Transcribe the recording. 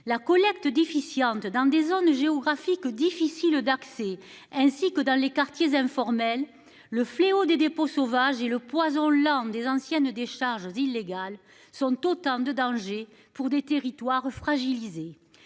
la collecte déficiente dans des zones. Difficiles d'accès ainsi que dans les quartiers informels. Le fléau des dépôts sauvages et le poison lent des anciennes décharges illégales sont autant de dangers pour des territoires fragilisés.